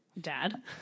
dad